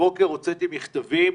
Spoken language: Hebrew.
הבוקר הוצאתי מכתבים,